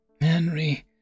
Henry